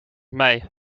mee